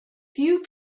few